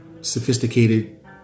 sophisticated